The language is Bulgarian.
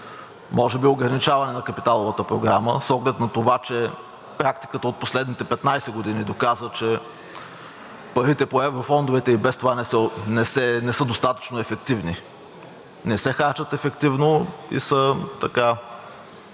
може би ограничаване на капиталовата програма с оглед на това, че практиката от последните 15 години доказа, че парите по еврофондовете и без това не са достатъчно ефективни, не се харчат ефективно и са